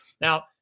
Now